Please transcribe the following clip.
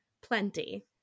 plenty